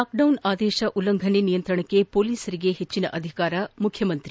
lockdown ಆದೇಶ ಉಲ್ಲಂಘನೆ ನಿಯಂತ್ರಣಕ್ಕೆ ಮೊಲೀಸರಿಗೆ ಹೆಚ್ಚಿನ ಅಧಿಕಾರ ಮುಖ್ಚಮಂತ್ರಿ